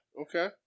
Okay